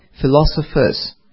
philosophers